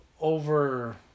Over